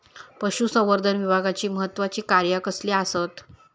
पशुसंवर्धन विभागाची महत्त्वाची कार्या कसली आसत?